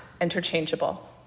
interchangeable